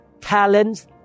talents